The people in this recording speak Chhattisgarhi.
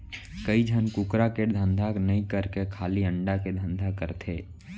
कइ झन कुकरा के धंधा नई करके खाली अंडा के धंधा करथे